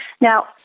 Now